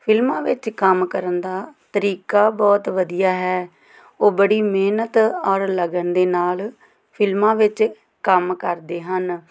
ਫਿਲਮਾਂ ਵਿੱਚ ਕੰਮ ਕਰਨ ਦਾ ਤਰੀਕਾ ਬਹੁਤ ਵਧੀਆ ਹੈ ਉਹ ਬੜੀ ਮਿਹਨਤ ਔਰ ਲਗਨ ਦੇ ਨਾਲ ਫਿਲਮਾਂ ਵਿੱਚ ਕੰਮ ਕਰਦੇ ਹਨ